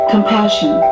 Compassion